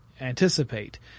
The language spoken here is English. anticipate